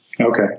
Okay